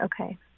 Okay